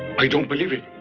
i don't believe it.